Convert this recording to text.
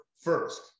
first